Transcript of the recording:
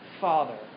Father